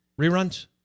reruns